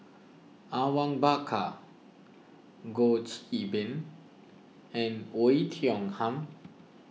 Awang Bakar Goh Qiu Bin and Oei Tiong Ham